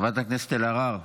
חברת הכנסת אלהרר,